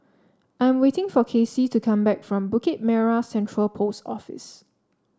I am waiting for Casie to come back from Bukit Merah Central Post Office